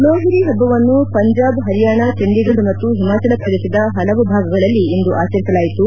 ಲೋಹಿರಿ ಹಬ್ಬವನ್ನು ಪಂಜಾಬ್ ಹರಿಯಾಣ ಚಂಡಿಗಢ್ ಹಾಗೂ ಹಿಮಾಚಲ ಪ್ರದೇಶದ ಹಲವು ಭಾಗಗಳಲ್ಲಿ ಇಂದು ಆಚರಿಸಲಾಯಿತು